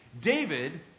David